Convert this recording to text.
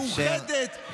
מיוחדת,